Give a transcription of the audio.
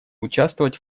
участвовать